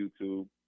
YouTube